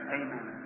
amen